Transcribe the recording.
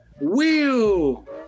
wheel